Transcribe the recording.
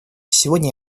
сегодня